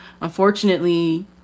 unfortunately